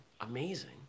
amazing